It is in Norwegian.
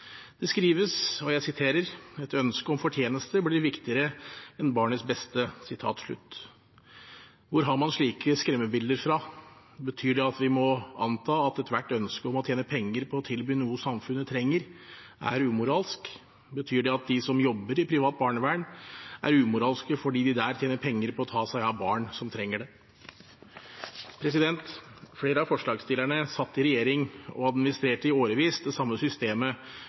Det skrives: « et ønske om fortjeneste blir viktigere enn barnets beste.» Hvor har man slike skremmebilder fra? Betyr det at vi må anta at ethvert ønske om å tjene penger på å tilby noe samfunnet trenger, er umoralsk? Betyr det at de som jobber i privat barnevern, er umoralske fordi de der tjener penger på å ta seg av barn som trenger det? Flere av forslagsstillerne satt i regjering og administrerte i årevis det samme systemet